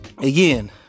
Again